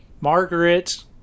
Margaret